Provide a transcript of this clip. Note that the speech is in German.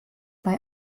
bei